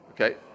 okay